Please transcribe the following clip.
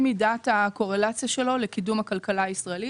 מידת הקורלציה שלו לקידום הכלכלה הישראלית.